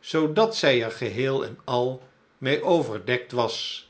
zoodat zij er geheel en al meê overdekt was